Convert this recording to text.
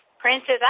Princess